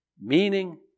meaning